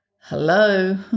hello